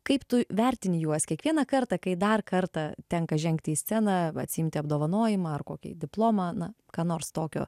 kaip tu vertini juos kiekvieną kartą kai dar kartą tenka žengti į sceną atsiimti apdovanojimą ar kokį diplomą na ką nors tokio